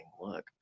look